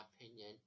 opinion